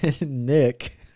Nick